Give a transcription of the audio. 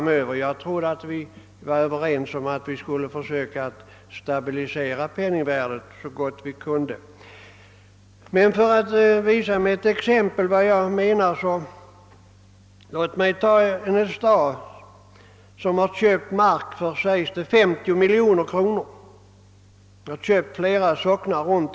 Jag trodde vi var överens om att försöka stabilisera penningvärdet så gott det går. Låt mig med ett exempel visa vad jag menar. Ta en stad som har köpt mark för 50 miljoner kronor.